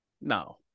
No